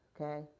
Okay